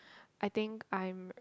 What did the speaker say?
I think I'm